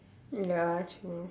ya true